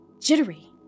jittery